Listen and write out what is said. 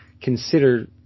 consider